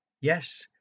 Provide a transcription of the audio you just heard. Yes